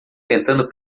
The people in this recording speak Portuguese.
tentando